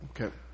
okay